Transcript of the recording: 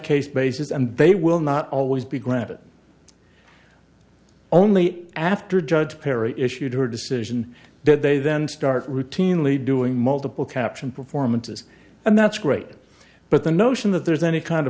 case basis and they will not always be granted only after judge perry issued her decision that they then start routinely doing multiple caption performances and that's great but the notion that there is any kind of